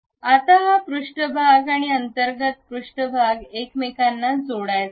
आता हा पृष्ठभाग आणि अंतर्गत पृष्ठभाग एकमेकांना जोडायचा आहे